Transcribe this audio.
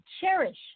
Cherish